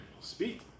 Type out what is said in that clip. Speak